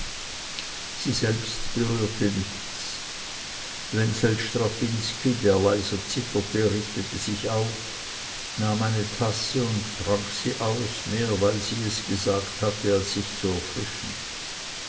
sie selbst berührte nichts wenzel strapinski der leise zitterte richtete sich auf nahm eine tasse und trank sie aus mehr weil sie es gesagt hatte als um sich zu erfrischen